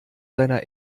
seiner